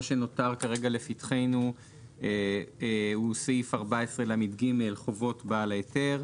מה שנותר כרגע לפתחנו זה סעיף 14לג - חובות בעל ההיתר,